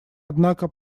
однако